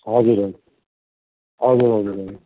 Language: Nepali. हजुर हजुर हजुर हजुर हजुर